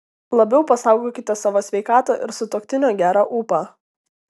labiau pasaugokite savo sveikatą ir sutuoktinio gerą ūpą